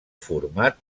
format